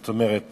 זאת אומרת